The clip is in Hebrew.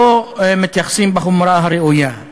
לא מתייחסים בחומרה הראויה,